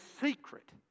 secret